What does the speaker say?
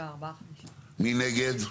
מי נגד?